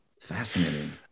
Fascinating